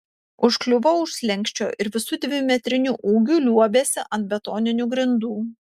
užkliuvo už slenksčio ir visu dvimetriniu ūgiu liuobėsi ant betoninių grindų